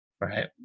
right